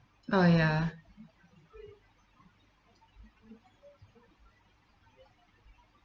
oh ya